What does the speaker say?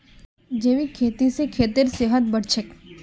जैविक खेती स खेतेर सेहत बढ़छेक